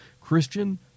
Christian